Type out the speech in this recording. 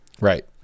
Right